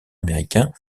américain